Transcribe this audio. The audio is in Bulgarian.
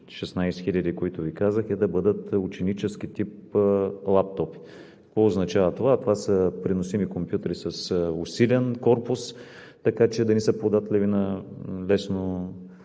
за които Ви казах, е да бъдат ученически тип лаптоп. Какво означава това? Това са преносими компютри с усилен корпус, така че да не са податливи на лесно